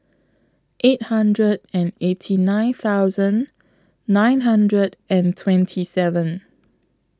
eight hundred and eighty nine thousand nine hundred and twenty seven